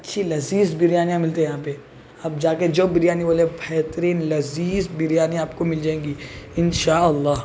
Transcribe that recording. اچھی لذیذ بریانیا ملتی یہاں پہ اب جا کے جو بریانی بولے بہترین لذیذ بریانی آپ کو مل جائے گی اِن شاء اللّہ